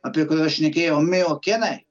apie kuriuos šnekėjom miokinai